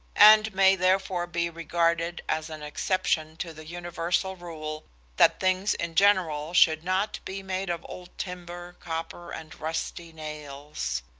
and may therefore be regarded as an exception to the universal rule that things in general should not be made of old timber, copper, and rusty nails.